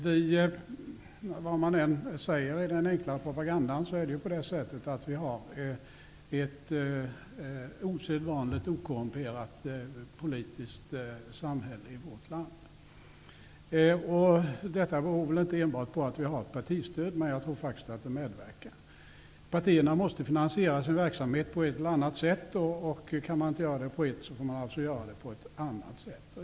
Vad man än säger i den enkla propagandan har vi ett osedvanligt okorrumperat politiskt samhälle i vårt land. Detta beror väl inte enbart på att vi har partistöd, men jag tror faktiskt att det medverkat. Partierna måste finansiera sin verksamhet på ett eller annat sätt. Kan man inte göra det på ett sätt, får man alltså göra det på ett annat sätt.